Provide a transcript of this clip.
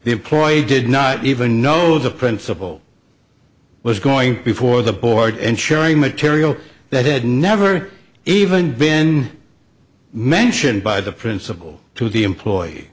the employee did not even know the principal was going before the board ensuring material that had never even been mentioned by the principal to the employee